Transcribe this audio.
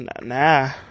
Nah